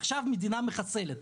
ועכשיו המדינה מחסלת.